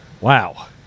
Wow